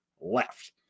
left